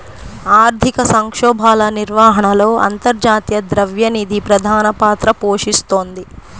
ఆర్థిక సంక్షోభాల నిర్వహణలో అంతర్జాతీయ ద్రవ్య నిధి ప్రధాన పాత్ర పోషిస్తోంది